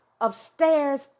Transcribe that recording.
upstairs